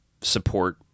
support